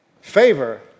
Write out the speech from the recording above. Favor